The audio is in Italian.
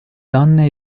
donne